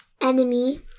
enemy